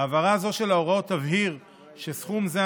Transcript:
העברה זו של ההוראות תבהיר שסכום זה,